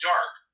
Dark